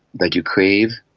that you crave,